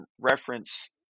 reference